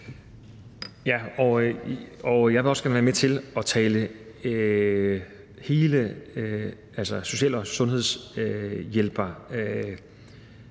jeg vil også gerne være med til at tale hele social- og sundhedshjælperdelen